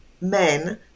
men